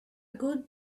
good